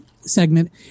segment